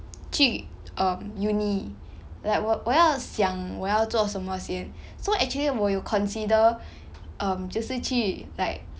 去 um uni like 我我要想我要做什么先 so actually 我有 consider um 就是去 like